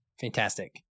fantastic